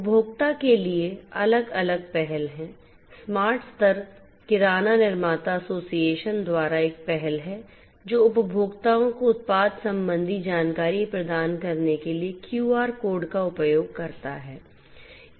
उपभोक्ता के लिए अलग अलग पहल हैं स्मार्ट स्तर किराना निर्माता एसोसिएशन द्वारा एक पहल है जो उपभोक्ताओं को उत्पाद संबंधी जानकारी प्रदान करने के लिए QR कोड का उपयोग करता है